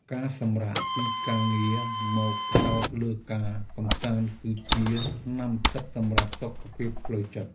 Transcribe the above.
ការសម្រាកពីការងារមកផ្ដោតលើការកម្សាន្តគឺជាថ្នាំទិព្វសម្រាប់សុខភាពផ្លូវចិត្ត។